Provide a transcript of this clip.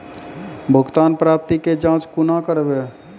भुगतान प्राप्ति के जाँच कूना करवै?